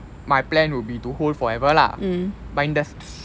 my plan will be to hold forever lah but in the